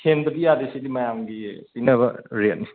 ꯍꯦꯟꯕꯗꯤ ꯌꯥꯗꯦ ꯁꯤꯗꯤ ꯃꯌꯥꯝꯒꯤ ꯄꯤꯅꯕ ꯔꯦꯠꯅꯤ